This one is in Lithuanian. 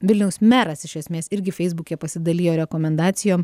vilniaus meras iš esmės irgi feisbuke pasidalijo rekomendacijom